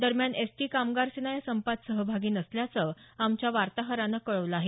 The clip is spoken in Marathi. दरम्यान एस टी कामगार सेना या संपात सहभागी नसल्याचं आमच्या वार्ताहरानं कळवलं आहे